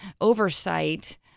oversight